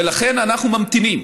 ולכן אנחנו ממתינים.